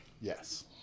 Yes